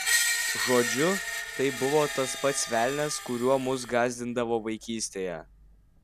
žodžiu tai buvo tas pats velnias kuriuo mus gąsdindavo vaikystėje